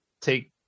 take